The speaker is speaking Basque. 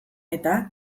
eta